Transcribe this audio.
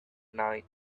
night